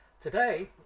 Today